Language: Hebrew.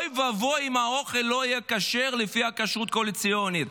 אוי ואבוי אם האוכל לא יהיה כשר לפי הכשרות הקואליציונית.